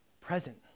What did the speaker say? present